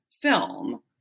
film